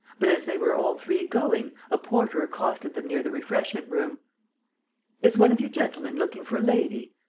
but, as they were all three going, a porter accosted them near the refreshment-room is one of you gentlemen looking for a lady?